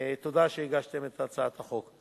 תודה שהגשתם את הצעת החוק.